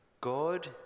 God